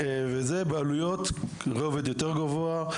זה בעלויות רובד יותר גבוה.